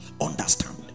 understand